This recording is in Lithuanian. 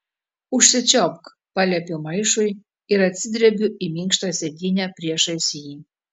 užsičiaupk paliepiu maišui ir atsidrebiu į minkštą sėdynę priešais jį